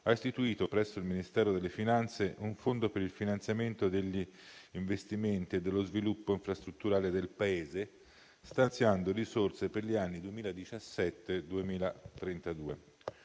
ha istituito presso il Ministero delle finanze un fondo per il finanziamento degli investimenti e dello sviluppo infrastrutturale del Paese, stanziando risorse per gli anni 2017-2032.